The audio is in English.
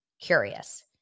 Curious